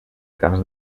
cas